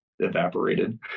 evaporated